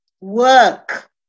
Work